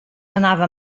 anava